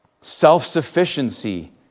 Self-sufficiency